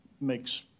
makes